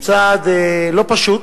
לצעד לא פשוט,